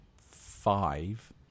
five